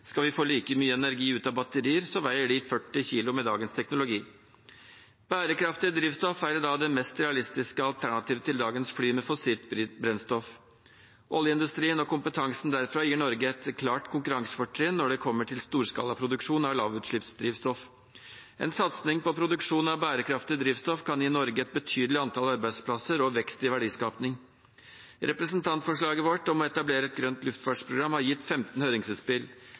skal vi få like mye energi ut av batterier, så veier de 40 kilo med dagens teknologi. Bærekraftig drivstoff er da det mest realistiske alternativet til dagens fly med fossilt brennstoff. Oljeindustrien og kompetansen derfra gir Norge et klart konkurransefortrinn når det kommer til storskalaproduksjon av lavutslippsdrivstoff. En satsing på produksjon av bærekraftig drivstoff kan gi Norge et betydelig antall arbeidsplasser og vekst i verdiskaping. Representantforslaget vårt om å etablere et grønt luftfartsprogram har gitt 15